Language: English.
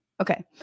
Okay